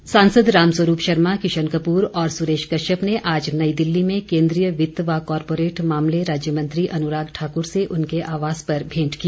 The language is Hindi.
भेंट सांसद राम स्वरूप शर्मा किशन कपूर और सुरेश कश्यप ने आज नई दिल्ली में केन्द्रीय वित्त व कॉरपोरेट मामले राज्य मंत्री अनुराग ठाकुर से उनके आवास पर भेंट की